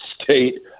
state